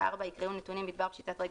(4) יקראו: "(4) נתונים בדבר פשיטת רגל,